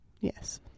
Yes